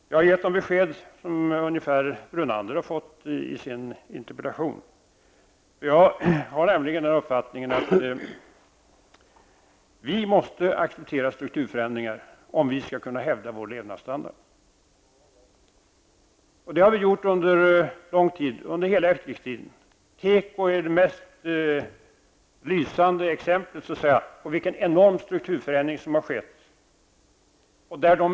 Jag har gett dem ungefär samma besked som Lennart Brunander har fått på sin interpellation. Jag har nämligen den uppfattningen att vi måste acceptera strukturförändringar om vi skall kunna hävda vår levnadsstandard. Det har vi gjort under lång tid, under hela efterkrigstiden. Tekoindustrin är det mest lysande exemplet på vilken enorm strukturförändring som har skett.